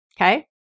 okay